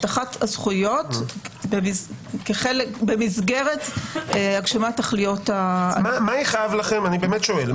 הבטחת הזכויות במסגרת הגשמת תכליות --- אני באמת שואל,